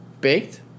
Baked